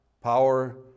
power